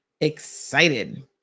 Excited